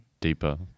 deeper